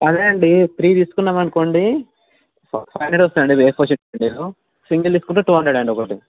అవునండి త్రీ తీసుకున్నం అనుకోండి హండ్రడ్ వస్తాయండి ఇది ఏ ఫోర్ షీట్కి మీరూ సింగల్ తీసుకుంటే టూ హండ్రడ్ అండి ఒకటి